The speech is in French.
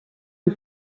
des